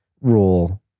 rule